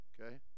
Okay